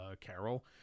Carol